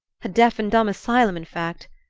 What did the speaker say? a deaf-and-dumb asylum, in fact!